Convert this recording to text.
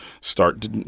start